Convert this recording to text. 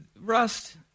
Rust